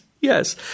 Yes